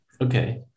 okay